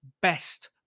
best